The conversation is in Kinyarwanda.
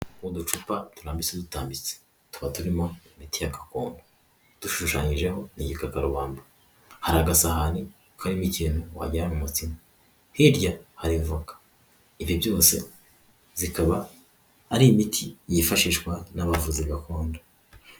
Uducupa turambitse dutambitse tuba turimo imiti ya gakondo, dushushanyijeho n'igikakarubamba, hari agasahani karimo ikintu wagira ngo harimo umutima, hirya hari voka ibi byose zikaba ari imiti yifashishwa n'abavuzi gakondo.